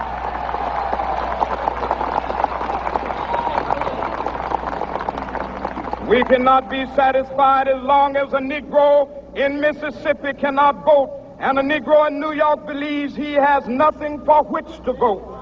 um we cannot be satisfied as long as a negro in mississippi cannot vote and a negro in new york believes he has nothing for ah which to vote